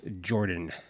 Jordan